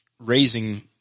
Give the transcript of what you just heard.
raising